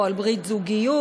או על ברית זוגיות,